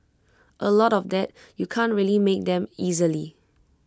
A lot of that you can't really make them easily